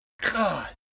god